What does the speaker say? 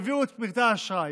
העבירו את פרטי האשראי.